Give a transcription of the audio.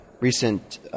recent